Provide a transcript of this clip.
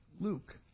Luke